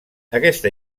aquesta